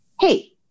hey